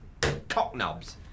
Cocknobs